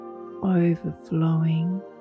overflowing